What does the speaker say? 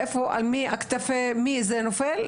ועל כתפי מי זה נופל?